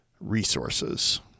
Resources